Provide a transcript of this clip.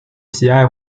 喜爱